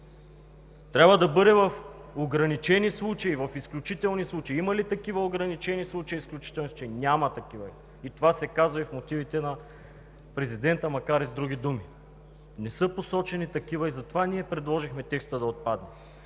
Трябва да бъде в ограничени случаи, в изключителни случаи. Има ли такива ограничени случаи и изключителни случаи? Няма такива. Това се казва и в мотивите на президента, макар и с други думи. Не са посочени такива и затова ние предложихме текстът да отпадне.